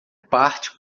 parte